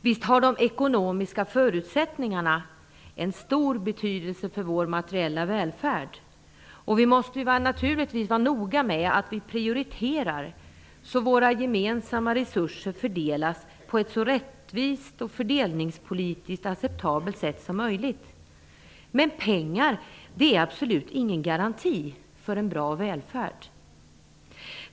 Visst har de ekonomiska förutsättningarna en stor betydelse för vår materiella välfärd, och vi måste naturligtvis vara noga med att prioritera så att våra gemensamma resurser fördelas på ett så rättvist och fördelningspolitiskt acceptabelt sätt som möljligt. Men pengar är absolut ingen garanti för en bra välfärd.